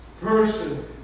person